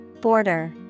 Border